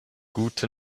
gute